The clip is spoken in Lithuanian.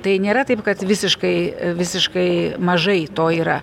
tai nėra taip kad visiškai visiškai mažai to yra